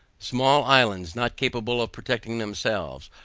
small islands not capable of protecting themselves,